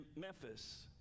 Memphis